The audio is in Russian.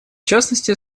частности